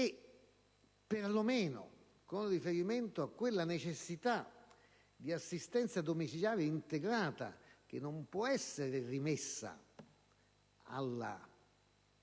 riferimento perlomeno a quella necessità di assistenza domiciliare integrata, che non può essere rimessa alle condizioni